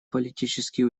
политические